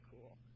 cool